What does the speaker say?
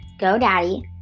GoDaddy